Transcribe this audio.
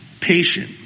Patient